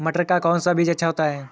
मटर का कौन सा बीज अच्छा होता हैं?